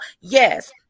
Yes